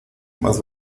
más